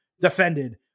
defended